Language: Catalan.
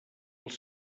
els